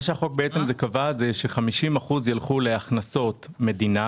מה שהחוק קבע זה ש-50% ילכו להכנסות מדינה